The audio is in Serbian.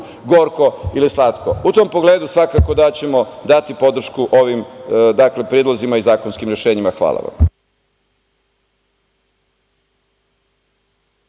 gorko ili slatko. U tom pogledu, svakako da ćemo dati podršku ovim predlozima i zakonskim rešenjima. Hvala vam.